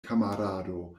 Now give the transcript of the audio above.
kamarado